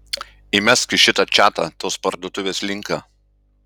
įmesk į šitą čatą tos parduotuvės linką